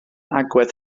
agwedd